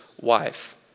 wife